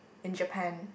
in Japan